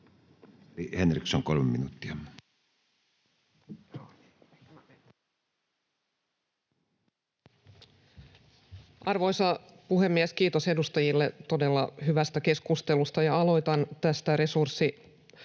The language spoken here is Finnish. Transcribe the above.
Time: 11:47 Content: Arvoisa puhemies! Kiitos edustajille todella hyvästä keskustelusta. Aloitan tästä resurssipulasta,